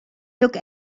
look